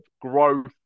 growth